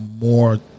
more